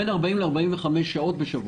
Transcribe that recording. בין 40 45 שעות בשבוע.